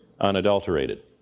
unadulterated